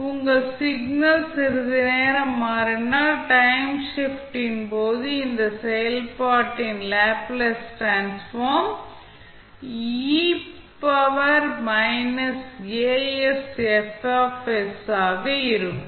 உங்கள் சிக்னல் சிறிது நேரம் மாறினால் டைம் ஷிப்ட் ன் போது இந்த செயல்பாட்டின் லேப்ளேஸ் டிரான்ஸ்ஃபார்ம் ஆக இருக்கும்